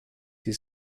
sie